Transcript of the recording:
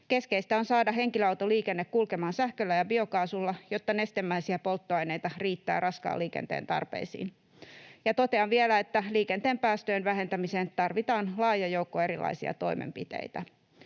Keskeistä on saada henkilöautoliikenne kulkemaan sähköllä ja biokaasulla, jotta nestemäisiä polttoaineita riittää raskaan liikenteen tarpeisiin. Totean vielä, että liikenteen päästöjen vähentämiseen tarvitaan laaja joukko erilaisia toimenpiteitä.